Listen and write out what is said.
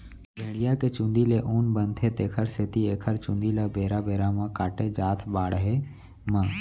भेड़िया के चूंदी ले ऊन बनथे तेखर सेती एखर चूंदी ल बेरा बेरा म काटे जाथ बाड़हे म